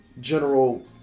general